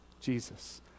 Jesus